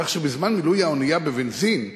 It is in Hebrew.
כך שבזמן מילוי האונייה בבנזין,